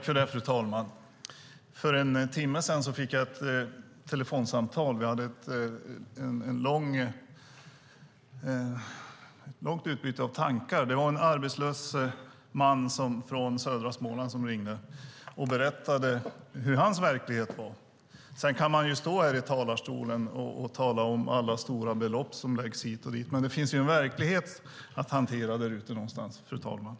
Fru talman! För en timme sedan fick jag ett telefonsamtal. Det var en arbetslös man från södra Småland som ringde och berättade hur hans verklighet var. Vi hade ett långt utbyte av tankar. Man kan stå här i talarstolen och tala om alla stora belopp som läggs hit och dit. Men det finns en verklighet att hantera där ute någonstans, fru talman.